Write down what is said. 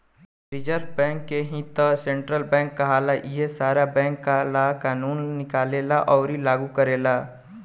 reserve bank के ही त सेन्ट्रल बैंक कहाला इहे सारा बैंक ला कानून निकालेले अउर लागू करेले